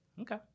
Okay